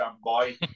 boy